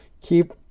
keep